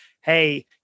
hey